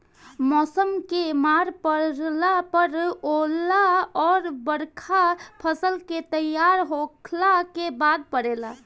मौसम के मार पड़ला पर ओला अउर बरखा फसल के तैयार होखला के बाद पड़ेला